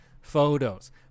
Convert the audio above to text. photos